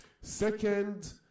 Second